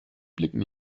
blicken